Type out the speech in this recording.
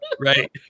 Right